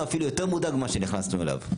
אפילו יותר מודאג ממה שנכנסנו אליו.